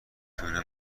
دونه